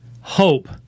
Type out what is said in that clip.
hope